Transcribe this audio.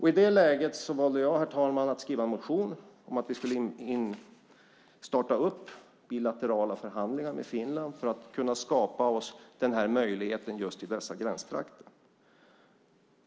I det läget valde jag, herr talman, att väcka en motion om att starta bilaterala förhandlingar med Finland för att skapa oss denna möjlighet i dessa gränstrakter.